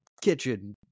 kitchen